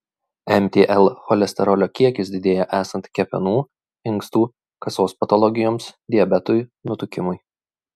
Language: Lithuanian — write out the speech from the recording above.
mtl cholesterolio kiekis didėja esant kepenų inkstų kasos patologijoms diabetui nutukimui